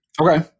Okay